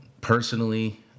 personally